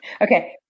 Okay